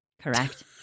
Correct